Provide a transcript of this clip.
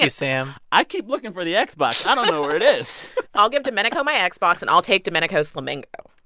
and sam i keep looking for the xbox xbox i don't know where it is i'll give domenico my and xbox. and i'll take domenico's flamingo.